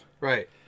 Right